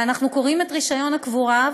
ואנחנו קוראים את רישיון הקבורה,